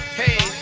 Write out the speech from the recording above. hey